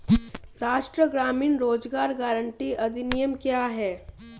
राष्ट्रीय ग्रामीण रोज़गार गारंटी अधिनियम क्या है?